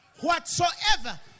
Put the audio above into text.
whatsoever